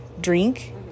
drink